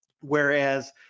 Whereas